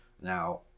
now